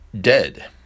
dead